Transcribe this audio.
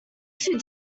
too